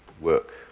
work